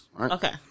Okay